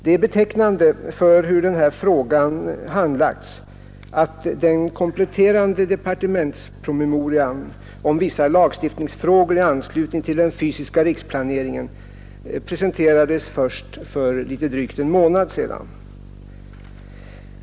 Det är betecknande för hur den här frågan handlagts att den kompletterande departementspromemorian om vissa lagstiftningsfrågor i anslutning till den fysiska riksplaneringen presenterades först för litet drygt en månad sedan.